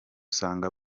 usanga